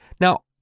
Now